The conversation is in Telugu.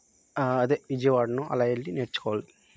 అదే విజయవాడనో అలా వెళ్ళి నేర్చుకోవాలి